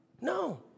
No